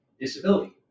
disability